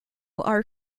our